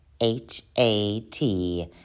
h-a-t